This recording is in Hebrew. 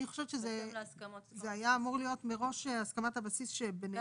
אני חושבת שזה היה אמור להיות מראש הסכמת הבסיס שביניהם.